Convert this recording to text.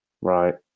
right